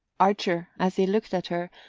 archer, as he looked at her,